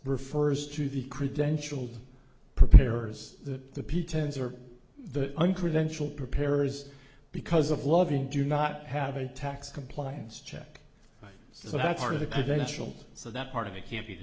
refers to the credential preparers that the p terms are the uncredentialed preparers because of loving do not have a tax compliance check so that's part of the credential so that part of it can't be